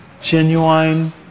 genuine